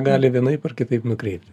gali vienaip ar kitaip nukreipti